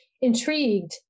intrigued